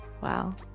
Wow